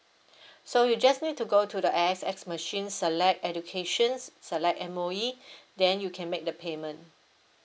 so you just need to go to the A_S_X machines select educations select M_O_E then you can make the payment